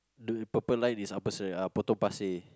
dude purple line is upper Serang~ Potong-Pasir